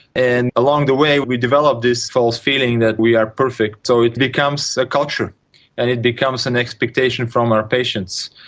and along the way we develop this false feeling that we are perfect, so it becomes a culture and it becomes an expectation from our patients,